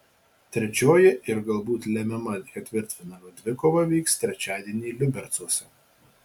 trečioji ir galbūt lemiama ketvirtfinalio dvikova vyks trečiadienį liubercuose